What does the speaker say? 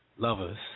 lovers